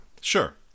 Sure